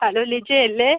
hello ലിജയല്ലേ